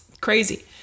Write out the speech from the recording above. crazy